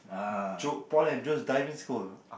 Joe Paul and Joe's Diving School